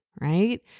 right